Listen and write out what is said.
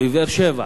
בבאר-שבע,